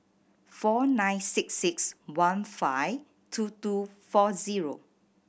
four nine six six one five two two four zero